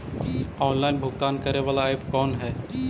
Online भुगतान करे बाला ऐप कौन है?